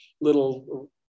little